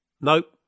Nope